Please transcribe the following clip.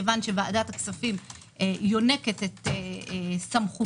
כיון שוועדת הכספים יונקת את סמכותה,